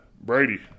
Brady